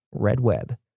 redweb